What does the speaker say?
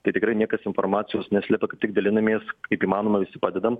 tai tikrai niekas informacijos neslepia kaip tik dalinamės kaip įmanoma visi padedam